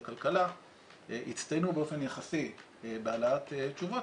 הכלכלה הצטיינו באופן יחסי בהעלאת התשובות.